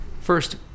first